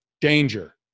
danger